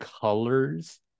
colors